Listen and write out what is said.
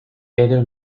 pedro